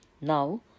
Now